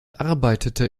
arbeitete